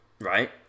Right